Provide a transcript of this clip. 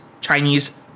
Chinese